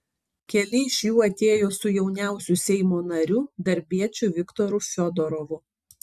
keli iš jų atėjo su jauniausiu seimo nariu darbiečiu viktoru fiodorovu